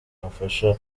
afasha